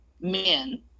men